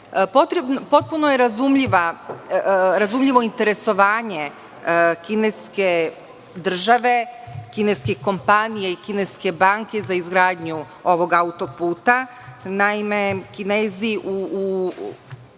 periodu. Potpuno je razumljivo interesovanje kineske države, kineskih kompanija, kineske banke, za izgradnju ovog autoputa. Naime, Kinezi kroz